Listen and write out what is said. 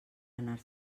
anar